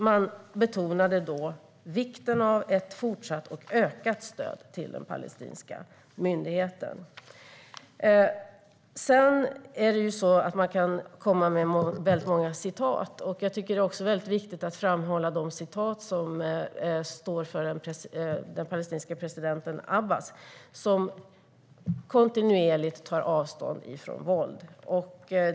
Man betonade då vikten av ett fortsatt och ökat stöd till den palestinska myndigheten. Sedan är det ju så att man kan komma med många citat. Jag tycker att det är viktigt att också framhålla citat från den palestinska presidenten Abbas, som kontinuerligt tar avstånd från våld.